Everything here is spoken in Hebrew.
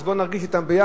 אז בוא נרגיש אתם ביחד,